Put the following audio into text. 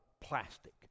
plastic